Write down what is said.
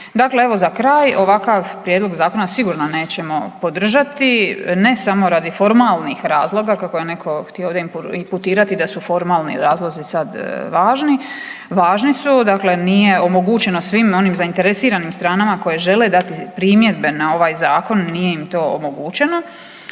Dakle evo za kraj ovakav Prijedlog zakona sigurno nećemo podržati ne samo radi formalnih razloga kako je netko htio ovdje imputirati da su formalni razlozi sada važni. Važni su. Dakle, nije omogućeno svim onim zainteresiranim stranama koje žele dati primjedbe na ovaj zakon nije im to omogućeno.